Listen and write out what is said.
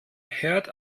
herd